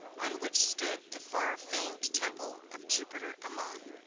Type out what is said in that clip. on which stood the far-famed temple of jupiter ammon,